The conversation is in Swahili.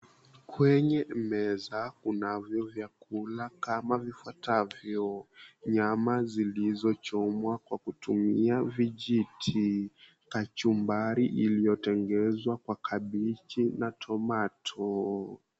Kwenye meza kuna vyakula kama vifuatavyo, nyama zilizochomwa kwa kutumia vijiti, kachumbari iliyotengenezwa kwa kabeji na tomato .